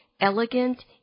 elegant